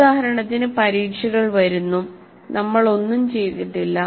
ഉദാഹരണത്തിന് പരീക്ഷകൾ വരുന്നു നമ്മൾ ഒന്നും ചെയ്തിട്ടില്ല